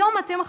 היום אתם,